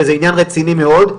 וזה עניין רציני מאוד.